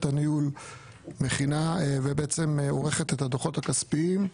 הניהול מכינה ובעצם עורכת את הדו"חות הכספיים.